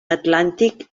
atlàntic